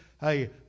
Hey